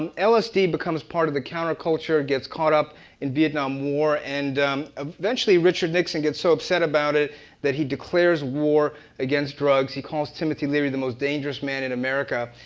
um lsd becomes part of the counterculture, it gets caught up in vietnam war. and eventually richard nixon gets so upset about it that he declares war against drugs. he calls timothy leary the most dangerous man in america.